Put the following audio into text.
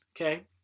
okay